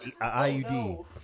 IUD